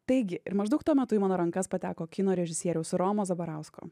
taigi ir maždaug tuo metu į mano rankas pateko kino režisieriaus romo zabarausko